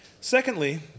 Secondly